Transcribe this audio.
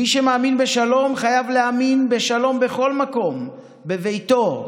מי שמאמין בשלום חייב להאמין בשלום בכל מקום: בביתו,